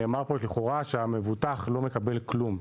נאמר פה לכאורה שהמבוטח לא מקבל כלום.